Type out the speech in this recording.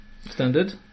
Standard